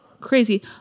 crazy